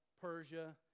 Persia